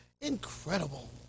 incredible